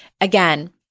again